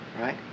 right